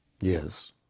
Yes